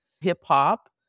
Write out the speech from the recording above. hip-hop